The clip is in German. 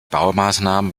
baumaßnahmen